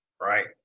right